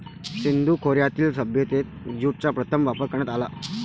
सिंधू खोऱ्यातील सभ्यतेत ज्यूटचा प्रथम वापर करण्यात आला